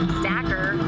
stacker